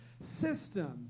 system